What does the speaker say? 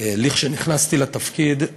כשנכנסתי לתפקיד,